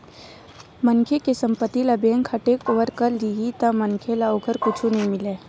मनखे के संपत्ति ल बेंक ह टेकओवर कर लेही त मनखे ल ओखर कुछु नइ मिलय